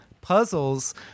puzzles